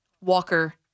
Walker